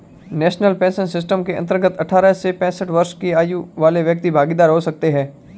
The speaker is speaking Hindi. नेशनल पेंशन सिस्टम के अंतर्गत अठारह से पैंसठ वर्ष की आयु वाले व्यक्ति भागीदार हो सकते हैं